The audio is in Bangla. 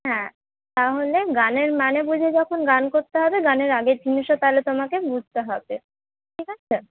হ্যাঁ তাহলে গানের মানে বুঝে যখন গান করতে হবে গানের আগের জিনিসও তাহলে তোমাকে বুঝতে হবে ঠিক আছে